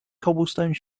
cobblestone